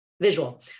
visual